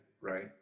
right